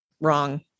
wrong